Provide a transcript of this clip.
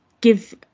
give